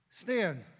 stand